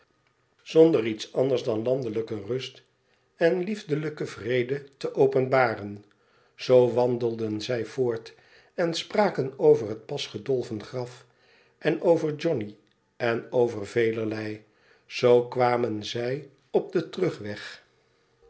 zonder iets anders dan landelijke rust en liefdelijken vrede te openbaren zoo wandelden zij voort en spraken over het pas gedolven graf en over johnny en over velerlei zoo kwamen zij op den terugweg